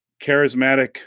charismatic